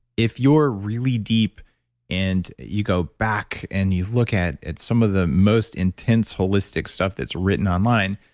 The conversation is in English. if you're really deep and you go back and you look at at some of the most intense holistic stuff that's written online,